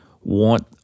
want